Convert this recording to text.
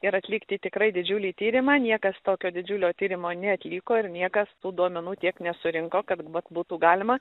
ir atlikti tikrai didžiulį tyrimą niekas tokio didžiulio tyrimo neatliko ir niekas tų duomenų tiek nesurinko kad vat būtų galima